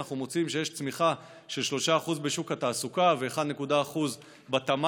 אנחנו מוצאים שיש צמיחה של 3% בשוק התעסוקה ו-1% בתמ"ג,